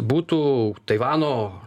būtų taivano